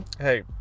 Hey